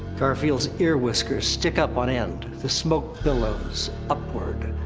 garfield's ear whiskers stick up on end, the smoke billows upward,